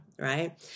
Right